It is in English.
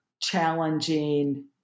challenging